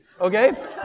Okay